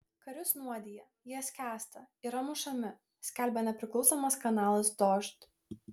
karius nuodija jie skęsta yra mušami skelbia nepriklausomas kanalas dožd